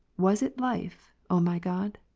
was it life, o my god?